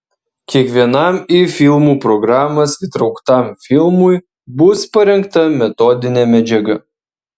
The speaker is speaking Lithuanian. kiekvienam į filmų programas įtrauktam filmui bus parengta metodinė medžiaga